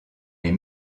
les